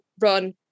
run